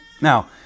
Now